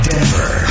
Denver